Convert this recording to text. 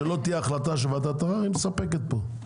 שלא תהיה החלטה של ועדת הערר היא מספקת פה.